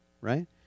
right